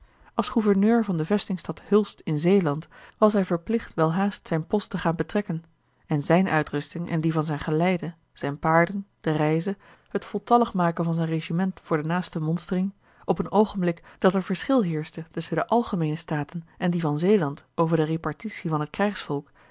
als gouverneur van de vestingstad hulst in zeeland was hij verplicht welhaast zijn post te gaan betrekken en zijne uitrusting en die van zijn geleide zijne paarden de reize het voltallig maken van zijn regiment voor de naaste monstering op een oogenblik dat er verschil heerschte tusschen de algemeene staten en die van zeeland over de repartitie van t